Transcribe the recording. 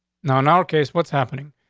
now, in our case, what's happening?